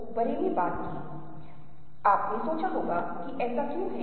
अब पहला सवाल हम अपने आप से पूछेंगे कि अनुभव क्या है